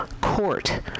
court